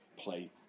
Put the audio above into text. Play